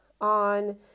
on